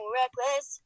reckless